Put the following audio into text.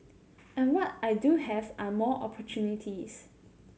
and what I do have are more opportunities